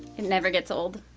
never gets old.